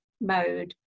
mode